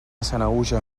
sanaüja